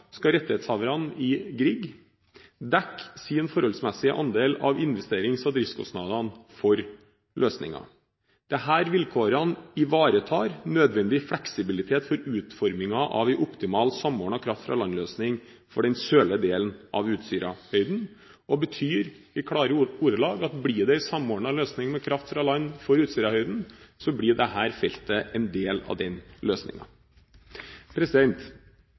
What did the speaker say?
skal rettighetshaverne i Edvard Grieg-feltet dekke sin forholdsmessige andel av investerings- og driftskostnadene for løsningen. Disse vilkårene ivaretar nødvendig fleksibilitet for utformingen av en optimal samordnet kraft fra land-løsning for den sørlige delen av Utsirahøyden. Det betyr i klare ordelag at blir det en samordnet løsning med kraft fra land for Utsirahøyden, blir dette feltet en del av den